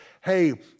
hey